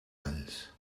alls